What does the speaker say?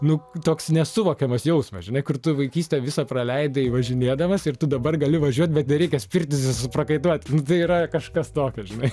nu toks nesuvokiamas jausmas žinai kur tu vaikystę visą praleidai važinėdamas ir tu dabar gali važiuot bet nereikia spirtis ir suprakaituot nu tai yra kažkas tokio žinai